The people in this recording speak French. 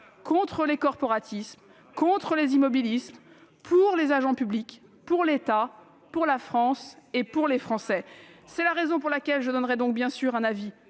contre les corporatismes, contre les immobilismes, pour les agents publics, pour l'État, pour la France et pour les Français. C'est la raison pour laquelle je donnerai bien sûr un avis